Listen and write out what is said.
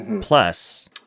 Plus